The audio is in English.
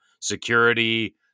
security